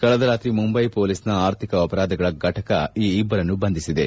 ಕಳೆದ ರಾತ್ರಿ ಮುಂಬೈ ಪೊಲೀಸ್ನ ಆರ್ಥಿಕ ಅಪರಾಧಗಳ ಫಟಕ ಈ ಇಭ್ಗರನ್ನು ಬಂಧಿಸಿದೆ